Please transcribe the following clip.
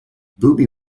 booby